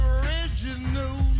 original